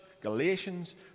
Galatians